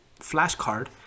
flashcard